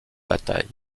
bataille